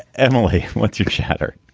emily, what's your chatter?